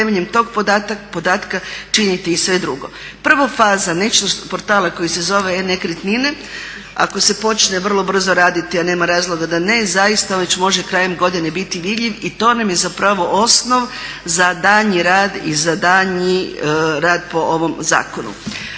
temeljem tog podatka činiti i sve drugo. Prvo faza … portala koji se zove e-nekretnine, ako se počne vrlo brzo raditi, a nema razloga da ne, zaista već može krajem godine biti vidljiv i to nam je za pravo osnov za daljnji rad i za daljnji rad po ovom zakonu.